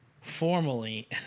Formally